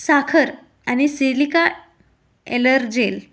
साखर आणि सिलिका एलर्जेल